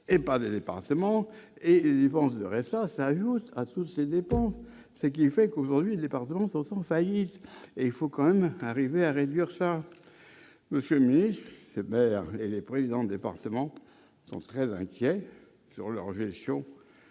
et pas des départements et les dépenses de à ça, à tous ces dépenses, ce qui fait qu'aujourd'hui les pardon en faillite et il faut quand même arriver à réduire ça monsieur, c'est maire et les présidents départementaux sont très inquiets sur leur gestion,